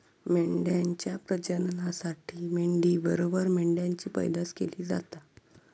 मेंढ्यांच्या प्रजननासाठी मेंढी बरोबर मेंढ्यांची पैदास केली जाता